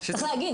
צריך להגיד,